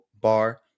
bar